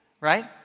right